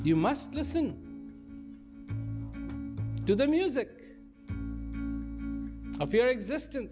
you must listen to the music of your existence